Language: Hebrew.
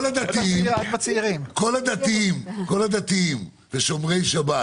כל הדתיים ושומרי שבת